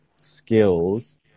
skills